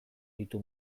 ditu